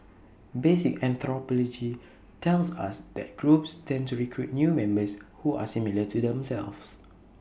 basic anthropology tells us that groups tend to recruit new members who are similar to themselves